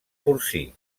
porcí